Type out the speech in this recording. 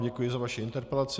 Děkuji vám za vaši interpelaci.